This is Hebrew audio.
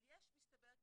אבל יש מסתבר,